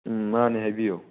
ꯎꯝ ꯃꯥꯅꯤ ꯍꯥꯏꯕꯤꯌꯨ